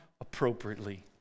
appropriately